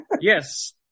Yes